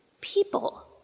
people